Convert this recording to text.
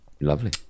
Lovely